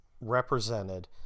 represented